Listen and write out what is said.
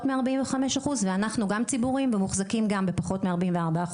מ-45% ואנחנו גם ציבוריים ומוחזקים גם בפחות מ-44%,